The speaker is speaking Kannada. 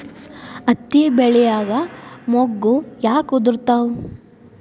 ಹತ್ತಿ ಬೆಳಿಯಾಗ ಮೊಗ್ಗು ಯಾಕ್ ಉದುರುತಾವ್?